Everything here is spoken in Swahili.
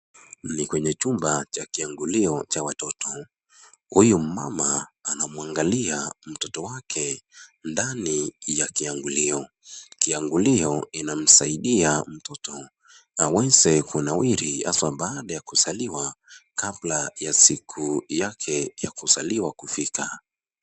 Ni kwenye chumba cha kiangulio cha watoto . Huyu mama anamwangalia mtoto wake ndani ya kiangulio . Kiangulio inasaidia mtoto aweze kunawiri hata baada ya kuzaliwa kabla ya siku yake ya kuzaliwa kufika.